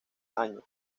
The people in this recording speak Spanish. año